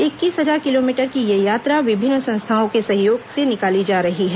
इक्कीस हजार किलोमीटर की यह यात्रा विभिन्न संस्थाओं के सहयोग से निकाली जा रही है